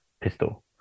pistol